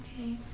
Okay